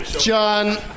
John